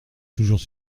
toujours